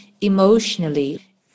emotionally